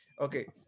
Okay